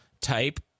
type